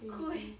crazy